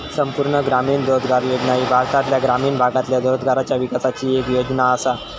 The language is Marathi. संपूर्ण ग्रामीण रोजगार योजना ही भारतातल्या ग्रामीण भागातल्या रोजगाराच्या विकासाची येक योजना आसा